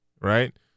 right